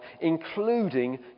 including